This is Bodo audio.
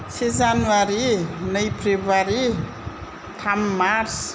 से जानुवारी नै फेब्रुवारी थाम मार्च